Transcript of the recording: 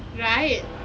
right